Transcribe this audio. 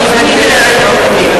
אני פניתי ליועץ המשפטי.